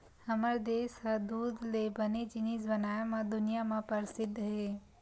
हमर देस ह दूद ले बने जिनिस बनाए म दुनिया म परसिद्ध हे